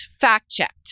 fact-checked